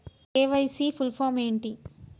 KYC full form ఏంటి?